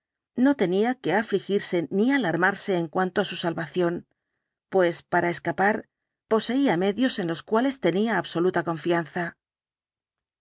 no tenía que afligirse ni alarmarse en cuanto á su salvación pues para escapar poseía medios en los cuales tenía absoluta confianza